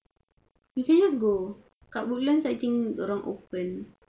you can just go kat woodlands I think dia orang open